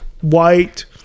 white